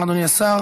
אדוני השר.